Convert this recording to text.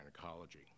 Gynecology